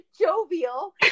jovial